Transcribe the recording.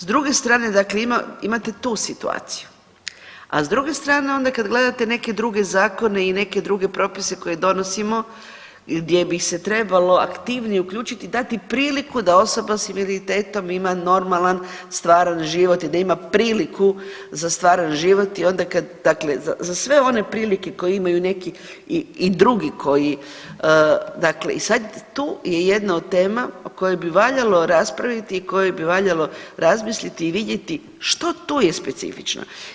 S druge strane, dakle imate tu situaciju, a s druge strane onda kad gledate neke druge zakone i neke druge propise koje donosimo, gdje bi se trebalo aktivnije uključiti, dati priliku da osoba sa invaliditetom ima normalan stvaran život i da ima priliku za stvaran život i onda kad, dakle za sve one prilike koje imaju neki i drugi koji dakle i sad tu je jedna od tema o kojoj bi valjalo raspraviti i kojoj bi valjalo razmisliti i vidjeti što tu je specifično.